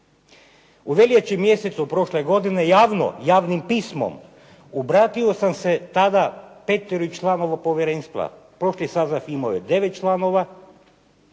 U veljači mjesecu prošle godine javno, javnim pismom obratio se tada petero članova povjerenstva. Prošli saziv imao je 9 članova,